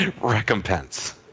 recompense